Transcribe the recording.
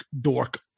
Dork